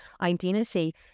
identity